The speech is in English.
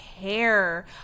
care